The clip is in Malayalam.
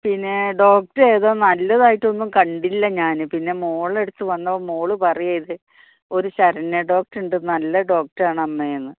പിന്നെ ഡോക്ടർ ഏതാണ് നല്ലതായിട്ടൊന്നും കണ്ടില്ല ഞാൻ പിന്നെ മോളെ അടുത്ത് വന്നപ്പോൾ മോൾ പറയുകയാണ് ഇത് ഒരു ശരണ്യ ഡോക്ടർ ഉണ്ട് നല്ല ഡോക്ടറാണ് അമ്മേ എന്ന്